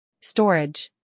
Storage